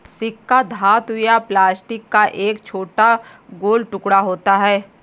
सिक्का धातु या प्लास्टिक का एक छोटा गोल टुकड़ा होता है